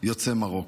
יוצא מרוקו.